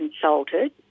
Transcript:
consulted